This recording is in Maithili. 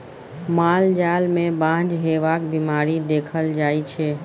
माल जाल मे बाँझ हेबाक बीमारी देखल जाइ छै